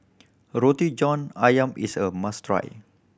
Roti John Ayam is a must try